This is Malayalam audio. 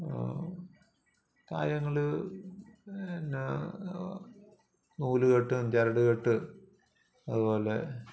കാര്യങ്ങൾ എന്നാൽ നൂല് കെട്ടും ചരട് കെട്ടും അതുപോലെ